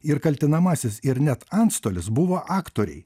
ir kaltinamasis ir net antstolis buvo aktoriai